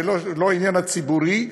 ולא לשם העניין הציבורי,